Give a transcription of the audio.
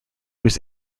was